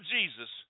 Jesus